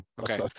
Okay